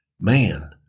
Man